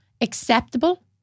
acceptable